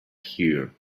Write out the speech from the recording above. here